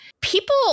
people